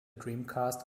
dreamcast